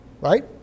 right